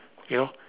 you know